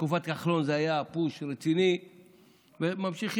בתקופת כחלון היה פוש רציני, וממשיכים.